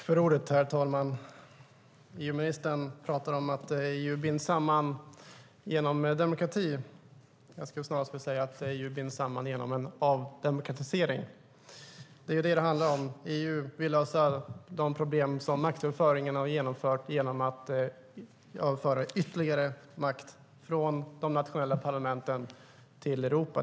Herr talman! EU-ministern pratar om att EU binds samman genom demokrati. Jag skulle snarare vilja säga att EU binds samman genom en avdemokratisering. Det är vad det handlar om. EU vill lösa de problem som maktöverföringen har inneburit genom att överföra ytterligare makt från de nationella parlamenten till Europa.